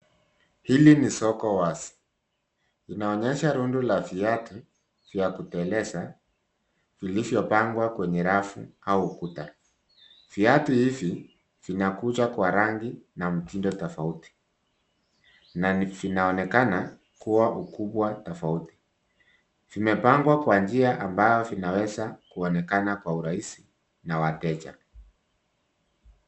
Hili ni soko wazi linaonyesha rundu la viatu vya kuteleza vilivyopangwa kwenye rafu au ukuta. Viatu hivi, vinakuja Kwa rangi na mtindo tofauti na linaonekana kuwa ukubwa tofauti zimepangwa Kwa njia ambayo vinaweza kuonejana Kwa Urahisi na wateja.